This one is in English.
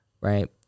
Right